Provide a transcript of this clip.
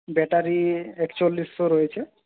battery একচল্লিশশো রয়েছে